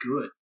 good